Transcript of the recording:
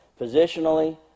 Positionally